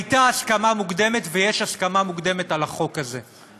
הייתה הסכמה מוקדמת ויש הסכמה מוקדמת על החוק הזה.